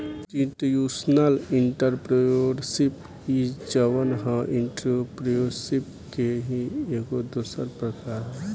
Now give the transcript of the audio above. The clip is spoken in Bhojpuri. इंस्टीट्यूशनल एंटरप्रेन्योरशिप इ जवन ह एंटरप्रेन्योरशिप के ही एगो दोसर प्रकार हवे